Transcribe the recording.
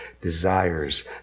desires